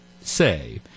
say